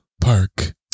Park